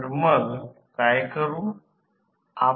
तर समजा या प्रकरणात 110 220 व्होल्ट असल्यास